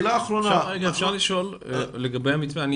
רגע, אפשר לשאול לגבי המתווה, אני